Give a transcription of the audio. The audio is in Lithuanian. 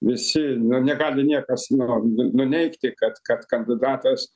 visi n negali niekas nuanuneigti kad kad kandidatas